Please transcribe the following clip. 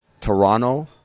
Toronto